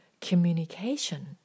communication